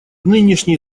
нынешний